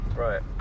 Right